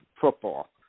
football